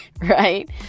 right